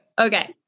Okay